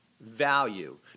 value